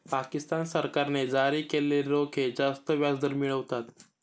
पाकिस्तान सरकारने जारी केलेले रोखे जास्त व्याजदर मिळवतात